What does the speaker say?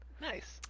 Nice